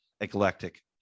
eclectic